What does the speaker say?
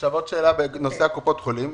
עוד שאלה בנושא קופות החולים.